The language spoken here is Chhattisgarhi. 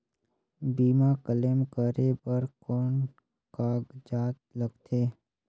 बीमा क्लेम करे बर कौन कागजात लगथे?